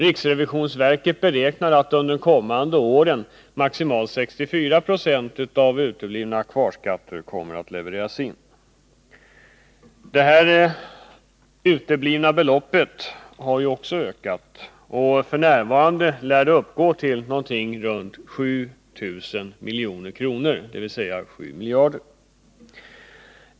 Riksrevisionsverket beräknar att under de kommande åren maximalt 64 2 av uteblivna kvarskatter kommer att levereras in. Det uteblivna skattebeloppet har också ökat, och f. n. lär det uppgå till runt 7 miljarder.